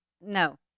No